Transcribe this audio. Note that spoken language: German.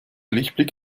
lichtblick